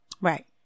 Right